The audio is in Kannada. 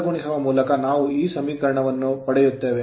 ಅಡ್ಡ ಗುಣಿಸುವ ಮೂಲಕ ನಾವು ಈ ಸಮೀಕರಣವನ್ನು ಪಡೆಯುತ್ತೇವೆ